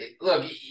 look